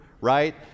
right